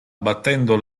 battendo